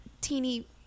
teeny